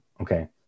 okay